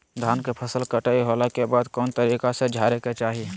धान के फसल कटाई होला के बाद कौन तरीका से झारे के चाहि?